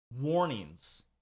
warnings